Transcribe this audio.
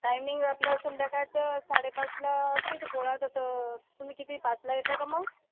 timing आपला संध्याकाळचा साडेपाचला असते ते पोळा तर तुम्ही किती पाचला येता का मग